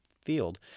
field